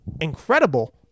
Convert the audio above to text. incredible